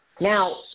Now